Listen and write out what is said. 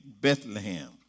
Bethlehem